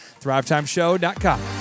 Thrivetimeshow.com